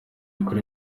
muri